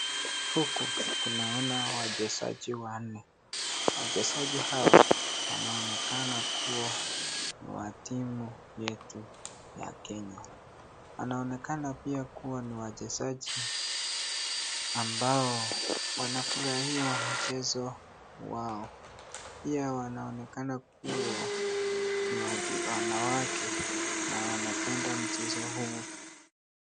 Huku tunaona wachezaji wanne, wachezaji hawa wanaonekana kuwa timu yetu ya Kenya, wanaonekana pia kuwa ni wachezaji ambao wanafurahia mchezo wao, pia wanaonekana kuwa wanawake, na wanaoenda mchezo huu.